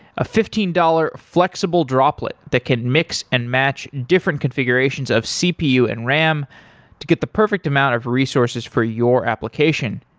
a fifteen dollars flexible droplet that can mix and match different configurations of cpu and ram to get the perfect amount of resources for your application.